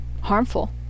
harmful